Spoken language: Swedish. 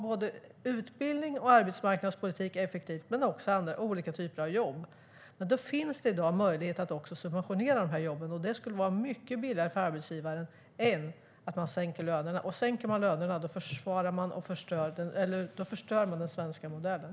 Både utbildning och arbetsmarknadspolitiken måste vara effektiv, och det måste finnas olika typer av jobb. I dag finns en möjlighet att subventionera dessa jobb. Det skulle vara mycket billigare för arbetsgivaren än att sänka lönerna. Om lönerna sänks förstörs den svenska modellen.